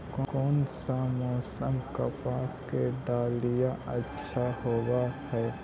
कोन सा मोसम कपास के डालीय अच्छा होबहय?